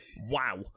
Wow